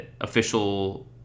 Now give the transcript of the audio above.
official